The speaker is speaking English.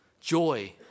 Joy